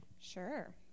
Sure